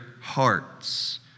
hearts